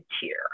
tier